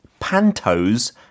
Pantos